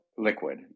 Liquid